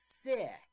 sick